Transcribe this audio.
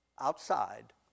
outside